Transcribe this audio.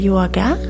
Yoga